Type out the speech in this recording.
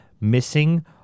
missing